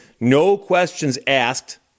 no-questions-asked